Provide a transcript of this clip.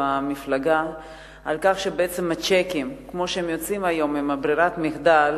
במפלגה על כך שהצ'קים כמו שהם יוצאים היום בברירת המחדל